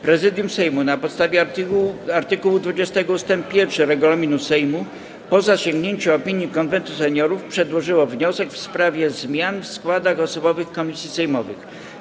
Prezydium Sejmu, na podstawie art. 20 ust. 1 regulaminu Sejmu, po zasięgnięciu opinii Konwentu Seniorów, przedłożyło wniosek w sprawie zmian w składach osobowych komisji sejmowych.